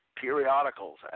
periodicals